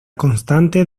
constante